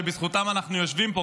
שבזכותם אנחנו יושבים פה,